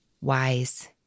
wise